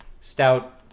stout